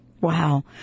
Wow